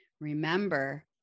Remember